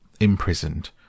imprisoned